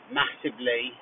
massively